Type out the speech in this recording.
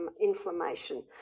inflammation